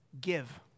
give